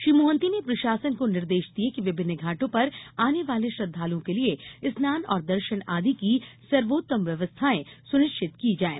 श्री मोहंती ने प्रशासन को निर्देश दिये कि विभिन्न घाटों पर आने वाले श्रद्धालुओं के लिये स्नान और दर्शन आदि की सर्वोत्तम व्यवस्थाएँ सुनिश्चित की जायें